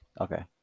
Okay